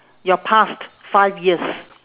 your past five years